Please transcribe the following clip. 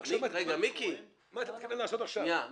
מה אתה מתכוון לעשות עכשיו?